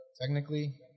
technically